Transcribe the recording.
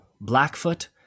Blackfoot